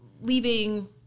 leaving